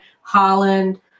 Holland